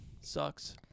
Sucks